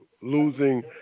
losing